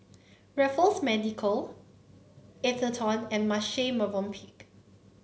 Raffles Medical Atherton and Marche Movenpick